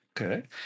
Okay